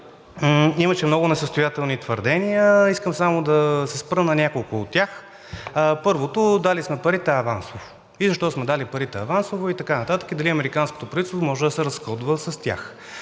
имаше много несъстоятелни твърдения. Искам само да се спра на няколко от тях. Първото, дали сме парите авансово и защо сме дали парите авансово и така нататък, и дали американското правителство може да се разходва с тях?